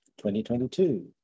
2022